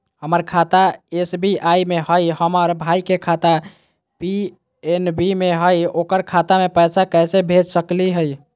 हमर खाता एस.बी.आई में हई, हमर भाई के खाता पी.एन.बी में हई, ओकर खाता में पैसा कैसे भेज सकली हई?